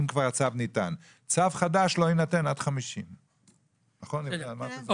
אם כבר הצו ניתן, צו חדש לא יינתן עד 50. אוקיי.